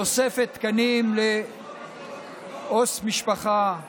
תוספת תקנים לעו"ס משפחה,